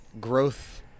growth